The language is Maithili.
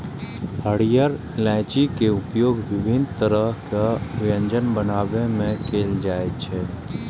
हरियर इलायची के उपयोग विभिन्न तरहक व्यंजन बनाबै मे कैल जाइ छै